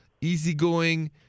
easygoing